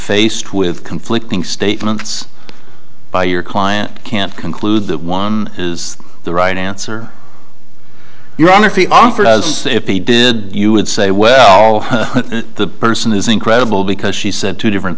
faced with conflicting statements by your client can't conclude that one is the right answer your honor if he did you would say well the person is incredible because she said two different